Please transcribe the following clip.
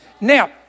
Now